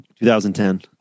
2010